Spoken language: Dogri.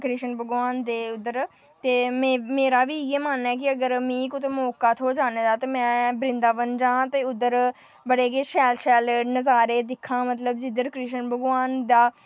कृष्ण भगवान दे उद्धर ते मेरा बी इ'यै मानना ऐ कि मिगी अगर मौका थ्होऐ जाने दा ते में बृन्दाबन जा्ं ते उद्धर बड़े गै शैल शैल नजारे दिक्खां मतलब जिद्धर कृष्ण भगवान दा